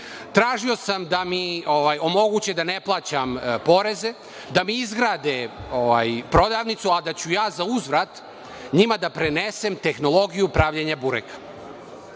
tražio sam da mi omogući da ne plaćam poreze, da mi izgrade prodavnicu, a da ću ja zauzvrat njima da prenesem tehnologiju pravljenja bureka.